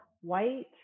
white